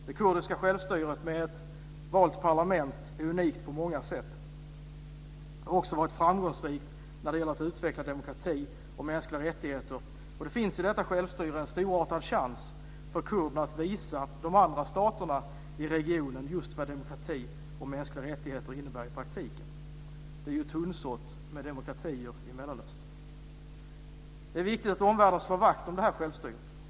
Det kurdiska självstyret, med ett valt parlament, är unikt på många sätt. Det har också varit framgångsrikt när det gäller att utveckla demokrati och mänskliga rättigheter. Det finns i detta självstyre en storartad chans för kurder att visa de andra staterna i regionen just vad demokrati och mänskliga rättigheter innebär i praktiken. Det är ju tunnsått med demokratier i Mellanöstern. Det är viktigt att omvärlden slår vakt om det här självstyret.